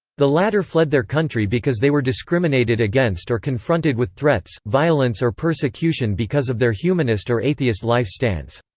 the latter fled their country because they were discriminated against or confronted with threats, violence or persecution because of their humanist or atheist life-stance.